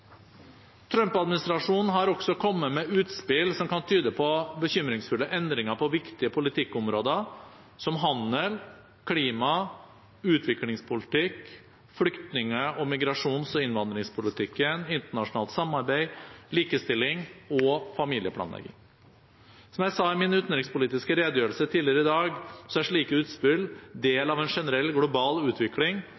har også kommet med utspill som kan tyde på bekymringsfulle endringer på viktige politikkområder som handel, klima, utviklingspolitikk, flyktning-, migrasjons- og innvandringspolitikk, internasjonalt samarbeid, likestilling og familieplanlegging. Som jeg sa i min utenrikspolitiske redegjørelse tidligere i dag, er slike utspill del